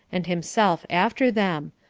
and himself after them,